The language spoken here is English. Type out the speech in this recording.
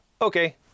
okay